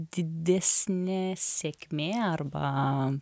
didesnė sėkmė arba